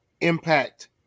impact